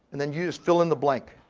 and then use fill in the blank.